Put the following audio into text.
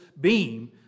beam